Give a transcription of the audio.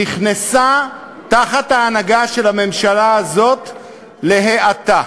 נכנסה תחת ההנהגה של הממשלה הזאת להאטה,